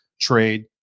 trade